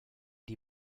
die